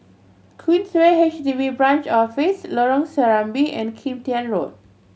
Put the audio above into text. Queensway H D B Branch Office Lorong Serambi and Kim Tian Road